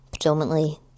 predominantly